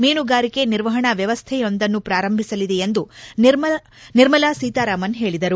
ಮೀನುಗಾರಿಕೆ ನಿರ್ವಹಣಾ ವ್ಯವಸ್ಥೆಯೊಂದನ್ನು ಪ್ರಾರಂಭಿಸಲಿದೆ ಎಂದು ನಿರ್ಮಲಾ ಸೀತಾರಾಮನ್ ಹೇಳಿದರು